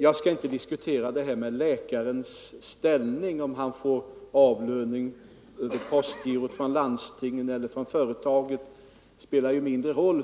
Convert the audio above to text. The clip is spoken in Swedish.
Jag skall inte här diskutera läkarens ställning eller om han får sin avlöning per postgiro från landstinget eller från företaget — det spelar mindre roll.